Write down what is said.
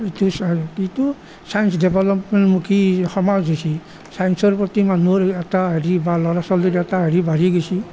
কি এইটো ছাইন্স ডেভেলপমেণ্টমুখী সমাজ হৈছে ছাইন্সৰ প্ৰতি মানুহৰ এটা হেৰি বা ল'ৰা ছোৱালীৰ এটা হেৰি বাঢ়ি গৈছে